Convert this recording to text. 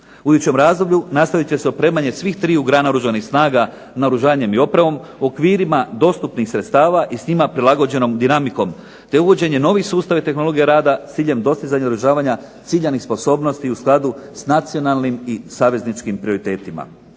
U idućem razdoblju nastavit će se opremanje svih triju grana Oružanih snaga naoružanjem i opremom u okvirima dostupnih sredstava i s njima prilagođenom dinamikom, te uvođenja novih sustava tehnologije rada s ciljem dostizanja i održavanja ciljanih sposobnosti u skladu s nacionalnim i savezničkim prioritetima.